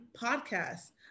podcast